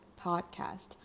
podcast